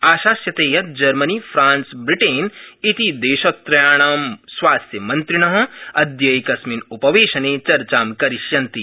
आशास्यते यत् Germany Britain France इति देशत्रयाणां स्वास्थ्यमन्त्रिण अद्य एकस्मिन् उपवेशने चर्चा करिष्यन्ति